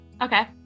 okay